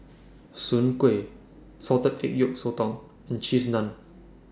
Soon Kway Salted Egg Yolk Sotong and Cheese Naan